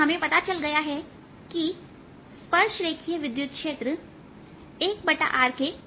हमें पता चल गया है कि स्पर्श रेखीय विद्युत क्षेत्र 1r के अनुपातिक है